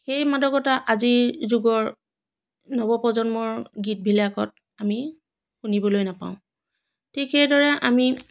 সেই মাদকতা আজিৰ যুগৰ নৱপ্ৰজন্মৰ গীতবিলাকত আমি শুনিবলৈ নাপাওঁ ঠিক সেইদৰে আমি